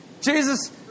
Jesus